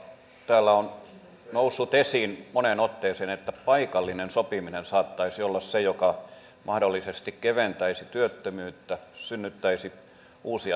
täällä on noussut esiin moneen otteeseen että paikallinen sopiminen saattaisi olla se joka mahdollisesti keventäisi työttömyyttä synnyttäisi uusia työpaikkoja